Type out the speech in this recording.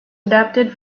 adapted